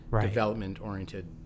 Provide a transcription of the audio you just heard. development-oriented